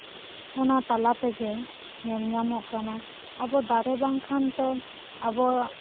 ᱚᱱᱟ ᱛᱟᱞᱟ ᱛᱮᱜᱮ ᱧᱮᱞ ᱧᱟᱢᱚᱜ ᱠᱟᱱᱟ ᱟᱵᱚ ᱫᱟᱨᱮ ᱵᱟᱝᱠᱷᱟᱱ ᱛᱚ ᱟᱵᱚᱣᱟᱜ